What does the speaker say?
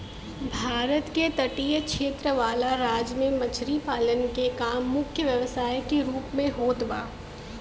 भारत के तटीय क्षेत्र वाला राज्य में मछरी पालन के काम मुख्य व्यवसाय के रूप में होत बा